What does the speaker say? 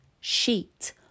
sheet